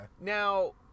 Now